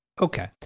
Okay